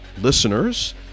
listeners